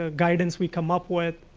ah guidance we come up with.